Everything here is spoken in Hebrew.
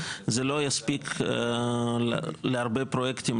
זה לא יספיק להרבה פרויקטים,